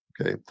Okay